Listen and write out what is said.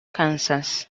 kansas